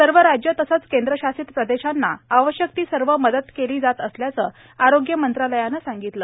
सर्व राज्यं तसंच केंद्रशासित प्रदेशांना आवश्यक ती सर्व मदत केली जात असल्याचं आरोग्य मंत्रालयानं सांगितलं आहे